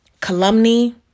calumny